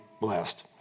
blessed